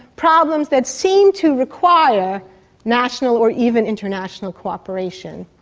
problems that seemed to require national or even international cooperation.